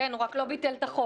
כן, הוא רק לא ביטל את החוק.